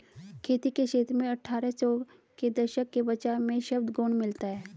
खेती के क्षेत्र में अट्ठारह सौ के दशक में बचाव शब्द गौण मिलता है